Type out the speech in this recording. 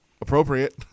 appropriate